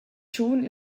tschun